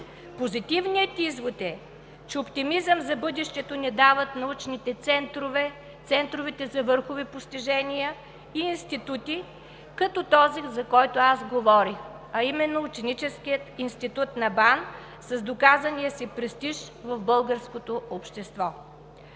Позитивният извод е, че оптимизъм за бъдещето ни дават научните центрове, центровете за върхови постижения и институти като този, за който говорих, а именно: Ученическият институт на БАН с доказания си престиж в българското общество.